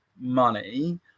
money